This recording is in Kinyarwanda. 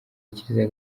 kiliziya